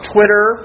Twitter